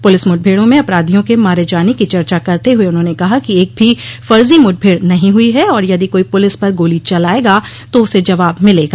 police मुठभेड़ों में अपराधियों के मारे जाने की चर्चा करते हुए उन्होनें कहा कि एक भी फर्जी मुठभेड़ नहीं हुई है और यदि कोई पुलिस पर गोली चलायेगा तो उसे जवाब मिलेगा